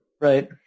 right